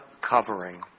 covering